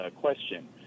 question